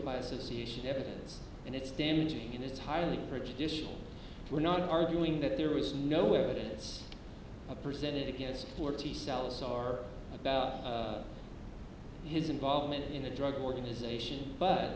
by association evidence and it's damaging and it's highly prejudicial we're not arguing that there was no evidence presented against four t cells are about his involvement in a drug organization but